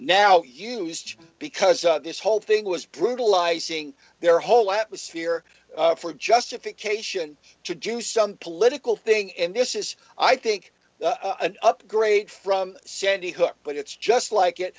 now used because this whole thing was brutalizing their whole atmosphere for justification to do some political thing in this is i think an upgrade from sandy hook but it's just like it